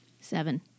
Seven